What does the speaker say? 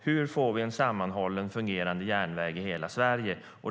Hur får vi en sammanhållen, fungerade järnväg i hela Sverige?